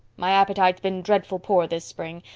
my appetite's been dreadful poor this spring.